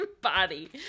body